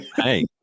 Hey